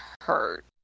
hurt